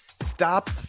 Stop